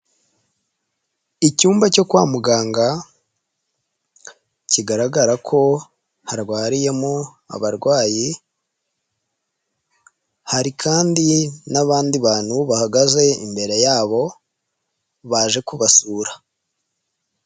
Icyumba cyo kwa muganga kigaragara ko harwariyemo abarwayi, hari kandi n'abandi bantu bahagaze imbere yabo baje kubasura.